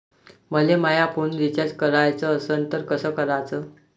मले माया phone recharge कराचा असन तर कसा कराचा?